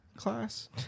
Class